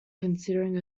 considering